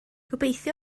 gobeithio